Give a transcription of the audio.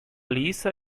lisa